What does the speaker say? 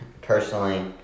Personally